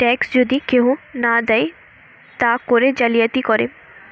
tax যদি কেহু না দেয় তা করে জালিয়াতি করে